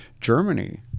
Germany